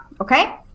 okay